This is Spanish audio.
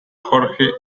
jorge